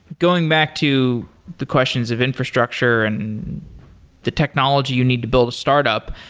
going back to the questions of infrastructure and the technology you need to build a startup,